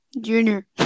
Junior